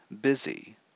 busy